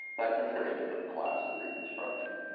that contributed to the collapse of reconstruction.